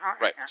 right